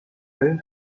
دادیم